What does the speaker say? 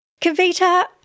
Kavita